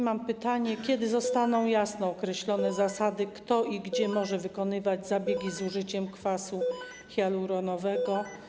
Mam pytanie: Kiedy zostaną jasno określone zasady dotyczące tego, kto i gdzie może wykonywać zabiegi z użyciem kwasu hialuronowego?